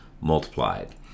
multiplied